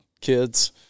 kids